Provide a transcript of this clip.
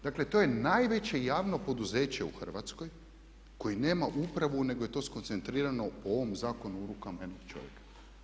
Dakle, to je najveće javno poduzeće u Hrvatskoj koji nema upravu nego je to skoncentrirano po ovom zakonu u rukama jednog čovjeka.